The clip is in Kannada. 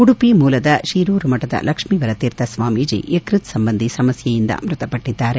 ಉಡುಪಿ ಮೂಲದ ಶೀರೂರುಮಠದ ಲಕ್ಷ್ಮಿವರ ತೀರ್ಥ ಸ್ವಾಮೀಜಿ ಯಕೃತ್ ಸಂಬಂಧಿ ಸಮಸ್ಥೆಯಿಂದ ಮೃತಪಟ್ಟದ್ದಾರೆ